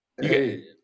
hey